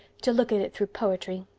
to look at it through poetry.